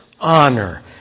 honor